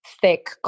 thick